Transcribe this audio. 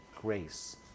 grace